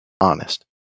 honest